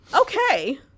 okay